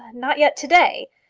not yet to-day.